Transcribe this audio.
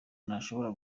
ntashobora